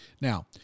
Now